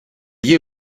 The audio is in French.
lié